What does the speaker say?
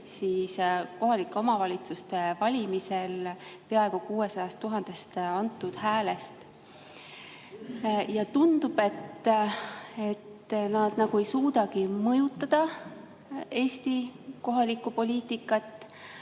1% kohalike omavalitsuste valimisel peaaegu 600 000-st antud häälest. Tundub, et nad ei suudagi mõjutada Eesti kohalikku poliitikat.